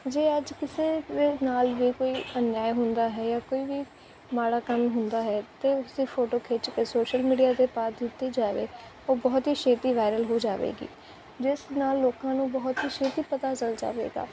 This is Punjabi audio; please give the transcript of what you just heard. ਜੇ ਅੱਜ ਕਿਸੇ ਦੇ ਨਾਲ ਵੀ ਕੋਈ ਅਨਿਆਏ ਹੁੰਦਾ ਹੈ ਕੋਈ ਵੀ ਮਾੜਾ ਕੰਮ ਹੁੰਦਾ ਹੈ ਤਾਂ ਉਸਦੀ ਫੋਟੋ ਖਿੱਚ ਕੇ ਸੋਸ਼ਲ ਮੀਡੀਆ 'ਤੇ ਪਾ ਦਿੱਤੀ ਜਾਵੇ ਉਹ ਬਹੁਤ ਹੀ ਛੇਤੀ ਵਾਇਰਲ ਹੋ ਜਾਵੇਗੀ ਜਿਸ ਨਾਲ ਲੋਕਾਂ ਨੂੰ ਬਹੁਤ ਛੇਤੀ ਪਤਾ ਚੱਲ ਜਾਵੇਗਾ